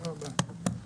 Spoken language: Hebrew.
בשעה 11:30.